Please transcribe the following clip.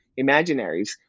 imaginaries